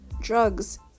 drugs